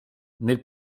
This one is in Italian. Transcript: nel